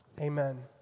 Amen